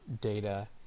Data